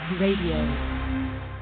Radio